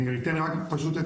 אני אתן רק פשוט,